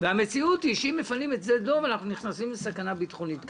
שהמציאות שאם מפנים את שדה דב אנחנו נכנסים לסכנה ביטחונית קשה,